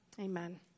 Amen